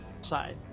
side